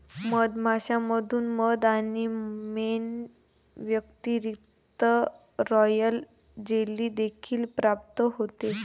मधमाश्यांमधून मध आणि मेण व्यतिरिक्त, रॉयल जेली देखील प्राप्त होते